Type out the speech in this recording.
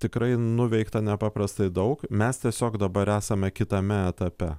tikrai nuveikta nepaprastai daug mes tiesiog dabar esame kitame etape